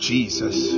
Jesus